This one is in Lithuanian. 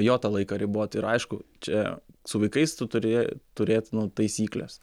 jo tą laiką riboti ir aišku čia su vaikais tu turi turėt nu taisykles